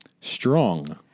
Strong